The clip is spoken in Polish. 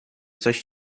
coś